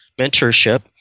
mentorship